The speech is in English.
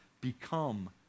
become